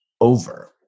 over